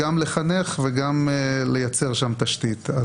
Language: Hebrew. גם לחנך וגם לייצר תשתית.